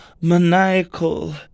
maniacal